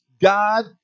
God